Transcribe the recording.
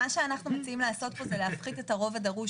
אנחנו מציעים פה להפחית את הרוב הדרוש